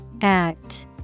Act